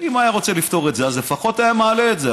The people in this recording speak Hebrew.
אם הוא היה רוצה לפתור את זה אז לפחות היה מעלה את זה,